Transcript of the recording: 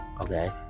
Okay